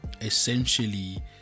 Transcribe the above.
essentially